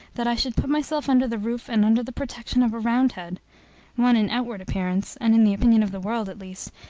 that i should put myself under the roof and under the protection of a roundhead one in outward appearance, and in the opinion of the world at least,